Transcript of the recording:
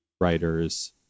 writers